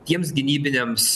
tiems gynybiniams